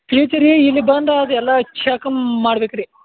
ರೀ ಇಲ್ಲಿ ಬಂದು ಅದೆಲ್ಲ ಚಕಮ್ ಮಾಡ್ಬೇಕು ರೀ